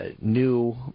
new